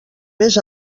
més